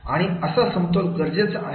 आणि असा समतोल गरजेचा आहे आहे